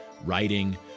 writing